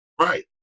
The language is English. right